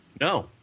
No